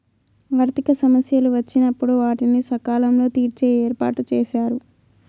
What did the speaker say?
ఆర్థిక సమస్యలు వచ్చినప్పుడు వాటిని సకాలంలో తీర్చే ఏర్పాటుచేశారు